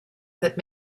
that